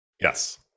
Yes